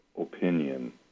opinion